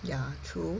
ya true